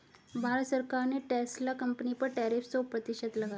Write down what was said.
भारत सरकार ने Tesla company पर टैरिफ सो प्रतिशत लगाया